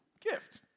gift